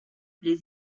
les